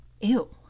Ew